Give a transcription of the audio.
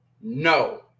No